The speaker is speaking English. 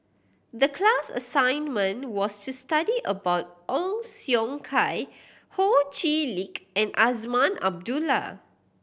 the class assignment was to study about Ong Siong Kai Ho Chee Lick and Azman Abdullah